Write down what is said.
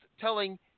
telling